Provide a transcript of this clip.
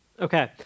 Okay